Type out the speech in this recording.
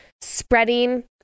spreading